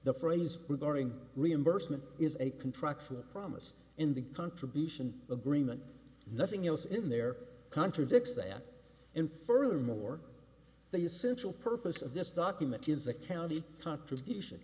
the phrase regarding reimbursement is a contract for the promise in the contribution agreement nothing else in their contradicts that in furthermore the essential purpose of this document is a county contribution